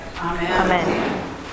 Amen